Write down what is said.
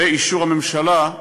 ואישור הממשלה,